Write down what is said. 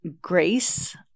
grace